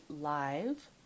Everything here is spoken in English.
live